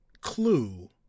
clue